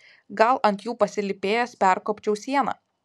gal ant jų pasilypėjęs perkopčiau sieną